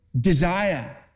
desire